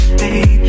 baby